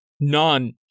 none